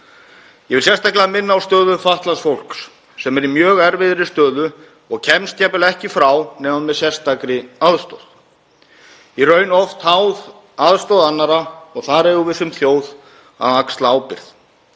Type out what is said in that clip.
Ég vil sérstaklega minna á stöðu fatlaðs fólks sem er í mjög erfiðri stöðu og kemst jafnvel ekki frá nema með sérstakri aðstoð, í raun oft háð aðstoð annarra. Þar eigum við sem þjóð að axla ábyrgð.